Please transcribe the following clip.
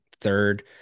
third